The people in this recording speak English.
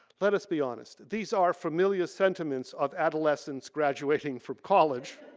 let us be honest, these are familiar sentiments of adolescents graduating from college.